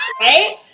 right